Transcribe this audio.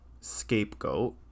scapegoat